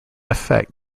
effect